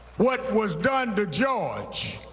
what was done to george,